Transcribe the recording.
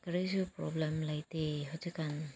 ꯀꯔꯤꯁꯨ ꯄ꯭ꯔꯣꯕ꯭ꯂꯦꯝ ꯂꯩꯇꯦ ꯍꯧꯖꯤꯛꯀꯥꯟ